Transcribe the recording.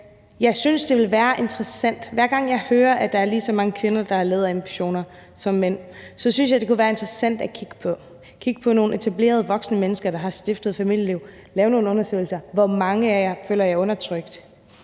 jeg synes, det ville være interessant. Hver gang jeg hører, at der er lige så mange kvinder, der har lederambitioner, som der er mænd, synes jeg, det kunne være interessant at kigge på det – kigge på nogle etablerede voksne mennesker, der har stiftet familie, og lave nogle undersøgelser af, hvor mange af dem der føler sig undertrykt